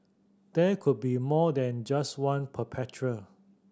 there could be more than just one perpetrator